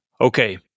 Okay